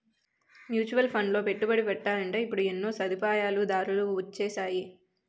mutual ఫండ్లలో పెట్టుబడి పెట్టాలంటే ఇప్పుడు ఎన్నో సదుపాయాలు దారులు వొచ్చేసాయి